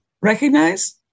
recognize